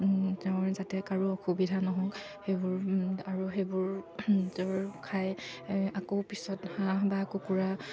তেওঁৰ যাতে কাৰো অসুবিধা নহওক সেইবোৰ আৰু সেইবোৰ তেওঁৰ খাই আকৌ পিছত হাঁহ বা কুকুৰা